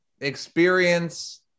Experience